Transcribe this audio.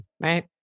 Right